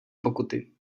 pokuty